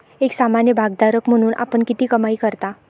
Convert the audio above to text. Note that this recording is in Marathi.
एक सामान्य भागधारक म्हणून आपण किती कमाई करता?